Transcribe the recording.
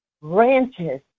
ranches